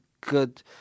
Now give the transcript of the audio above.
good